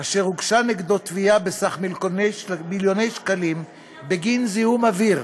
אשר הוגשה נגדו תביעה בסך מיליוני שקלים בגין זיהום אוויר?